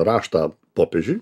raštą popiežiui